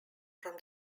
from